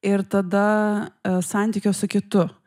ir tada santykio su kitu